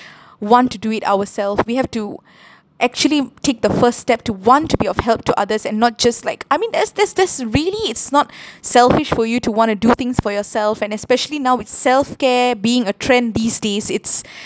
want to do it ourselves we have to actually take the first step to want to be of help to others and not just like I mean that's that's that's really it's not selfish for you to want to do things for yourself and especially now with self care being a trend these days it's